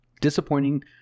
disappointing